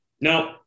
no